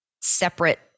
separate